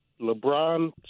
LeBron